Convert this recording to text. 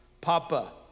Papa